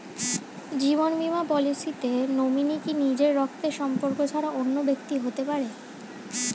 জীবন বীমা পলিসিতে নমিনি কি নিজের রক্তের সম্পর্ক ছাড়া অন্য ব্যক্তি হতে পারে?